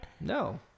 No